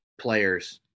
players